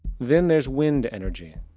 then there's wind energy.